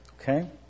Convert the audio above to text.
Okay